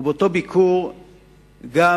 ובאותו ביקור גם